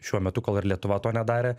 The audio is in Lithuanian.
šiuo metu kol ir lietuva to nedarė